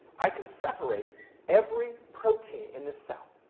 i can separate every protein in this cell.